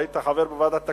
כשהיית חבר בוועדת הכספים,